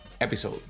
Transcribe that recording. episode